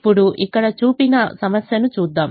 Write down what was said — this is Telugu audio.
ఇప్పుడు ఇక్కడ చూపిన సమస్యను చూద్దాం